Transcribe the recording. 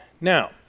Now